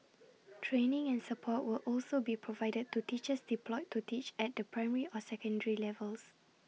training and support will also be provided to teachers deployed to teach at the primary or secondary levels